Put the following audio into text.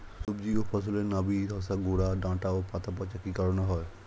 সবজি ও ফসলে নাবি ধসা গোরা ডাঁটা ও পাতা পচা কি কারণে হয়?